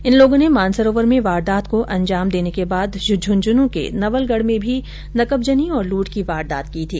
इन लोगों ने मानसरोवर में वारदात को अंजाम देने के बाद झुंझुनू के नवलगढ़ में भी नकबजनी और लूट की वारदात की थी